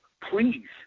please